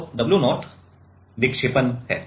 तो w0 विक्षेपण है